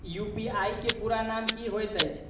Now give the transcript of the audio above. UPI केँ पूरा नाम की होइत अछि?